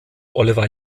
oliver